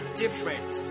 different